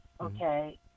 okay